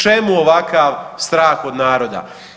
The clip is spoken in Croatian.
Čemu ovakav strah od naroda?